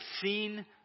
seen